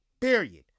Period